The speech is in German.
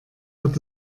hört